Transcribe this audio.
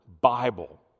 Bible